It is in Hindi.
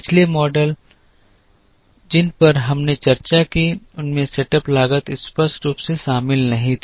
पिछले मॉडल जिन पर हमने चर्चा की उनमें सेटअप लागत स्पष्ट रूप से शामिल नहीं थी